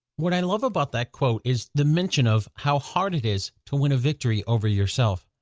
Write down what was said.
what i love about that quote is the mention of how hard it is to win a victory over yourself.